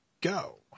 go